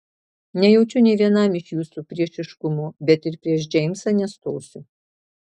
nejaučiu nė vienam iš jūsų priešiškumo bet ir prieš džeimsą nestosiu